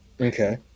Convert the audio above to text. Okay